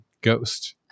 ghost